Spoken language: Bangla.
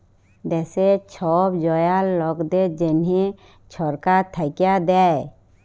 দ্যাশের ছব জয়াল লকদের জ্যনহে ছরকার থ্যাইকে দ্যায়